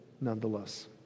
nonetheless